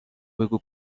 بگو